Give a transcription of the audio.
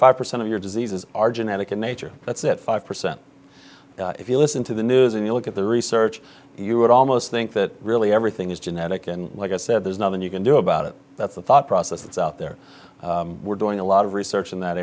five percent of your diseases are genetic in nature that's it five percent if you listen to the news and you look at the research you would almost think that really everything is genetic and like i said there's nothing you can do about it that's the thought process that's out there we're doing a lot of research in that